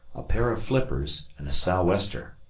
a pair of nippers, and a sou'wester